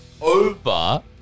over